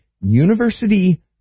university